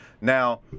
Now